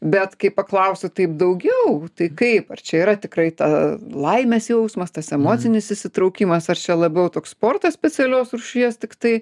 bet kai paklausiu taip daugiau tai kaip ar čia yra tikrai ta laimės jausmas tas emocinis įsitraukimas ar čia labiau toks sportas specialios rūšies tiktai